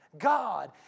God